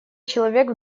человек